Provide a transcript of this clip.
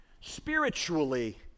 spiritually